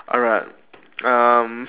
alright um